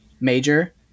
major